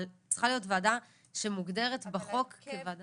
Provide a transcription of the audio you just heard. אבל צריכה להיות ועדה שמוגדרת בחוק -- אבל